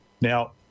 now